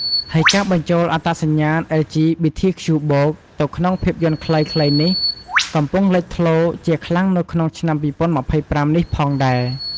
ហើយការបញ្ចូលអត្តសញ្ញាណ អិល ជី ប៊ី ធី ខ្ជូ បូក (LGBTQ+) ទៅក្នុងភាពយន្ដខ្លីៗនេះកំពុងលេចធ្លោជាខ្លាំងនៅក្នុងឆ្នាំ ២០២៥ នេះផងដែរ។